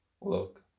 look